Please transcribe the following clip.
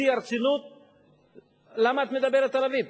בשיא הרצינות: למה את מדברת ערבית,